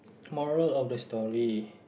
moral of the story